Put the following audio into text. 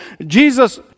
Jesus